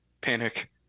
Panic